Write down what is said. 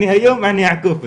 אני היום אני יעקוף אותו,